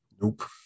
Nope